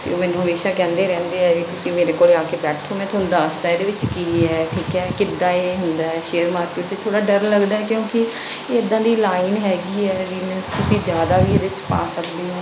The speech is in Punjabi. ਅਤੇ ਉਹ ਮੈਨੂੰ ਹਮੇਸ਼ਾ ਕਹਿੰਦੇ ਰਹਿੰਦੇ ਆ ਵੀ ਤੁਸੀਂ ਮੇਰੇ ਕੋਲ ਆ ਕੇ ਬੈਠੋ ਮੈਂ ਤੁਹਾਨੂੰ ਦੱਸਦਾ ਇਹਦੇ ਵਿੱਚ ਕੀ ਹੈ ਠੀਕ ਹੈ ਕਿੱਦਾਂ ਇਹ ਹੁੰਦਾ ਹੈ ਸ਼ੇਅਰ ਮਾਰਕੀਟ 'ਚ ਥੋੜ੍ਹਾ ਡਰ ਲੱਗਦਾ ਹੈ ਕਿਉਂਕਿ ਇੱਦਾਂ ਦੀ ਲਾਈਨ ਹੈਗੀ ਹੈ ਜਿਵੇਂ ਤੁਸੀਂ ਜ਼ਿਆਦਾ ਵੀ ਇਹਦੇ 'ਚ ਪਾ ਸਕਦੇ ਹੋ